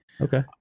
Okay